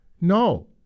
No